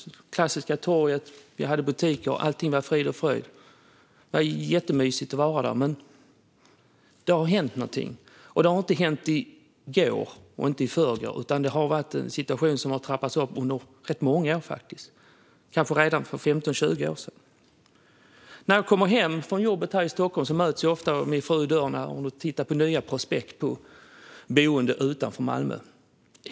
Vi hade det klassiska torget och butiker, och allting var frid och fröjd. Det var jättemysigt att vara där. Men det har hänt något. Och det hände inte i går och inte i förrgår, utan situationen har trappats upp under rätt många år. Kanske började det redan för 15-20 år sedan. När jag kommer hem från jobbet i Stockholm möts jag ofta i dörren av min fru, som tittar på nya prospekt för boenden utanför Malmö.